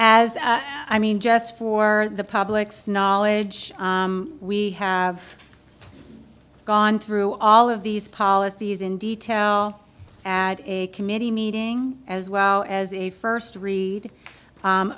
as i mean just for the public's knowledge we have gone through all of these policies in detail at a committee meeting as well as a first read